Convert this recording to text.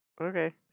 okay